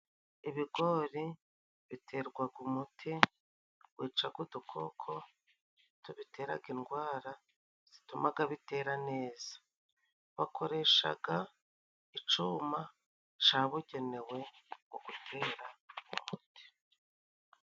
Ibigori biterwaga umuti wicaga udukoko, tubiteraga indwara zitumaga bitera neza. Bakoreshaga icuma cabugenewe, mu gutera umuti.